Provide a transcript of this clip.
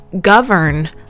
govern